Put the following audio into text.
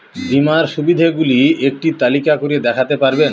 বীমার সুবিধে গুলি একটি তালিকা করে দেখাতে পারবেন?